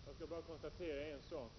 Fru talman! Jag skall bara konstatera en sak,